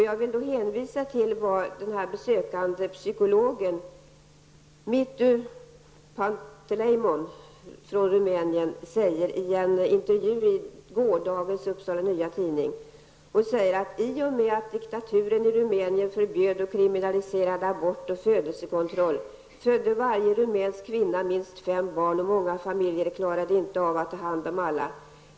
Jag vill hänvisa till vad den rumänske psykologen Mitu Pantelimon, på besök i Sverige, säger i en intervju i gårdagens nummer av Upsala Nya Tidning: ''I och med att diktaturen i Rumänien förbjöd och kriminaliserade abort och födelsekontroll födde varje rumänsk kvinna minst fem barn och många familjer klarade inte av att ta hand om alla.